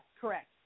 correct